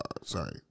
sorry